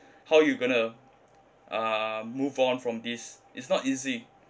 how you going to uh move on from this it's not easy